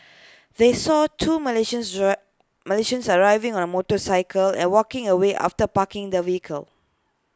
they saw two Malaysians Malaysians arriving on A motorcycle and walking away after parking the vehicle